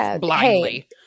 blindly